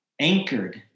anchored